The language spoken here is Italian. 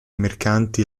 mercanti